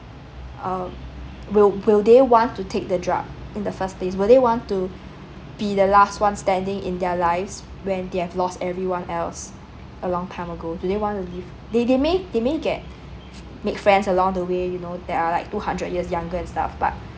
uh will will they want to take the drug in the first place will they want to be the last one standing in their lives when they've lost everyone else a long time ago do they want to live they they may they may get make friends along the way you know they're like two hundred years younger and stuff but